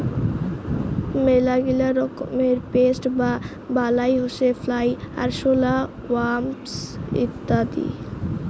মেলাগিলা রকমের পেস্ট বা বালাই হসে ফ্লাই, আরশোলা, ওয়াস্প ইত্যাদি